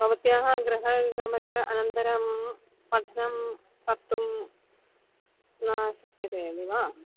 भवत्याः गृहगमनन्तरं पठनं कर्तुं न शक्यते इति वा